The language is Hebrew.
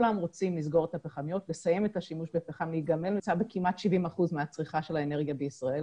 עם כל הכבוד לדאגה של איגוד תעשיות הגז והנפט לאיכות האוויר בישראל,